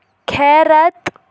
کھیرت